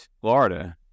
Florida